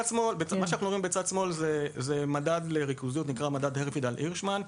מה שאנחנו רואים בצד שמאל זה מדד ריכוזיות שנקרא "הרפידל הירשמן",